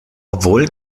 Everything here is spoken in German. obwohl